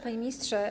Panie Ministrze!